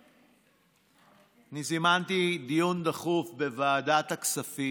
אני זימנתי דיון דחוף בוועדת הכספים,